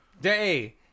Day